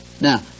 Now